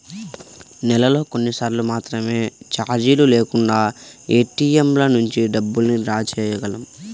నెలలో కొన్నిసార్లు మాత్రమే చార్జీలు లేకుండా ఏటీఎంల నుంచి డబ్బుల్ని డ్రా చేయగలం